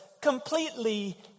completely